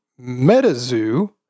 Metazoo